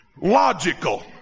logical